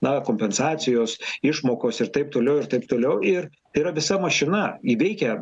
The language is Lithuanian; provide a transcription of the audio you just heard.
na kompensacijos išmokos ir taip toliau ir taip toliau ir yra visa mašina ji veikia